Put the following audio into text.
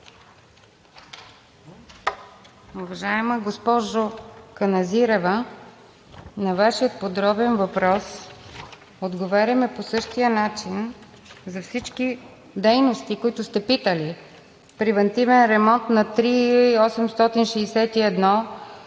Уважаема госпожо Каназирева, на Вашия подробен въпрос отговарям по същия начин за всички дейности, за които сте питали. Превантивен ремонт на III-861 за